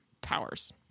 Powers